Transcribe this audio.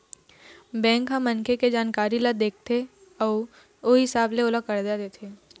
bank ह मनखे के जानकारी ल देखथे अउ ओ हिसाब ले ओला करजा देथे